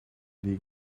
die